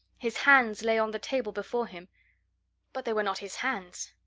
his hands lay on the table before him but they were not his hands.